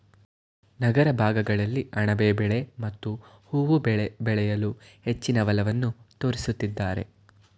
ನಗರ ಭಾಗಗಳಲ್ಲಿ ಅಣಬೆ ಬೆಳೆ ಮತ್ತು ಹೂವು ಬೆಳೆ ಬೆಳೆಯಲು ಹೆಚ್ಚಿನ ಒಲವನ್ನು ತೋರಿಸುತ್ತಿದ್ದಾರೆ